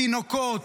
תינוקות,